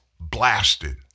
blasted